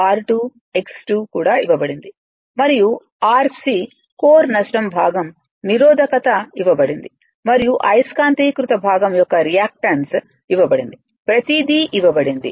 X1 R 2 X2 కూడా ఇవ్వబడింది మరియు RC కోర్ నష్టం భాగంనిరోధకత ఇవ్వబడింది మరియు అయిస్కాంతీకృత భాగం యొక్క రియాక్టన్స్ ఇవ్వబడింది ప్రతిదీ ఇవ్వబడింది